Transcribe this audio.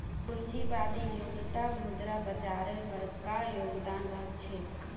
पूंजीवादी युगत मुद्रा बाजारेर बरका योगदान रह छेक